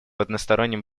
одностороннем